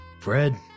Fred